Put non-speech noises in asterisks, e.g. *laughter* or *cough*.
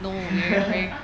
*laughs*